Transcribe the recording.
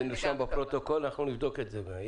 זה נרשם בפרוטוקול ואנחנו נבדוק את זה.